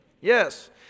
Yes